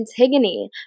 Antigone